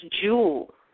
jewel